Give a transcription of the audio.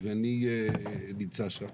ואני נמצא שם